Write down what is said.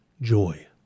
joy